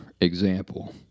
example